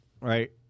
Right